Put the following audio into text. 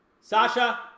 Sasha